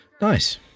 Nice